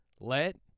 Let